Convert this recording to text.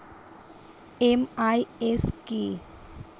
MIS কি?